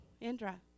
Indra